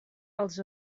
als